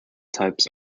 types